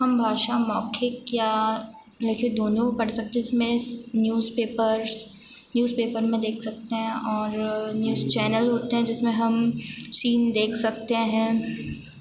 हम भाषा मौखिक या लिखित दोनों पढ़ सकते हैं जिसमें न्यूज़पेपर्ज़ न्यूज़पेपर में देख सकते हैं और न्यूज़ चैनल होते हैं जिसमें हम सीन देख सकते हैं